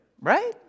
right